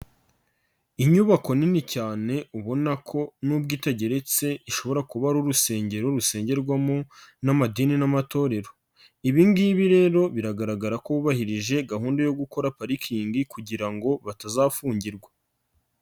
Inyubako nini cyane ubona ko nubwo itageretse ishobora kuba ari urusengero rusengerwamo n'amadini n'amatorero, ibi ngibi rero biragaragara ko bubahirije gahunda yo gukora parikingi kugira ngo batazafungirwa.